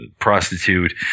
prostitute